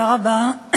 תודה רבה.